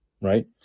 right